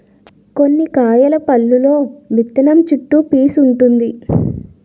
కొన్ని కాయల పల్లులో విత్తనం చుట్టూ పీసూ వుంటుంది